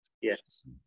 yes